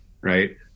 right